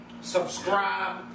subscribe